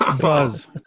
Buzz